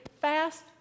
fast